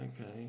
okay